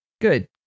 Good